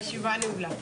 הישיבה נעולה.